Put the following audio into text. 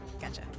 Gotcha